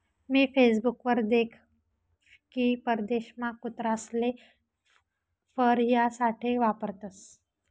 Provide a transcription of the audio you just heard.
मी Facebook वर देख की परदेशमा कुत्रासले फर यासाठे वापरतसं